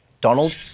Donald